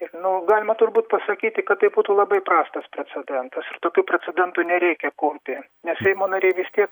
ir nu galima turbūt pasakyti kad tai būtų labai prastas precedentas ir tokių precedentų nereikia kurti nes seimo nariai vis tiek